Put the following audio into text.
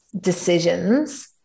decisions